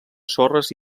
sorres